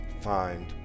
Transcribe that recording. find